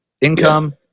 Income